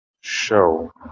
show